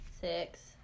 six